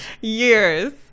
Years